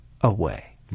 away